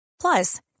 Plus